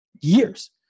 years